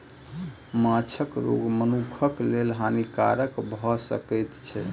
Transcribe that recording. माँछक रोग मनुखक लेल हानिकारक भअ सकै छै